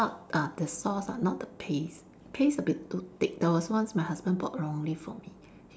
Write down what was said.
not uh the sauce ah not the paste paste a bit too thick there was once my husband bought wrongly for me